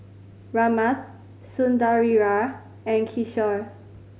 Ramnath Sundaraiah and Kishore